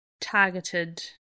targeted